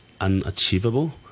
unachievable